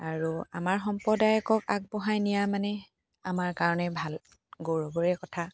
আৰু আমাৰ সম্প্ৰদায়ক আগবঢ়াই নিয়া মানে আমাৰ কাৰণে ভাল গৌৰৱৰে কথা